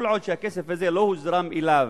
כל עוד הכסף הזה לא הוזרם אליו,